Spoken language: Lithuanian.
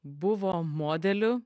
buvo modeliu